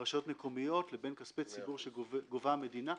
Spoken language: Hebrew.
רשויות מקומיות לבין כספי ציבור שגובה המדינה.